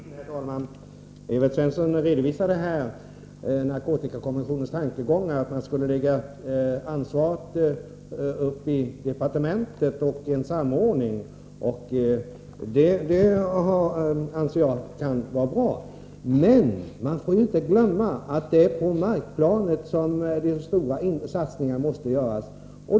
Herr talman! Evert Svensson redovisade här narkotikakommissionens tankegång att man skulle lägga ansvaret i departementet och få till stånd en samordning. Det kan vara bra, anser jag, men man får inte glömma att det är på markplanet som den stora satsningen måste göras.